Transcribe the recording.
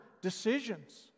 decisions